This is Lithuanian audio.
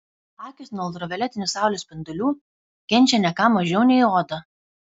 akys nuo ultravioletinių saulės spindulių kenčia ne ką mažiau nei oda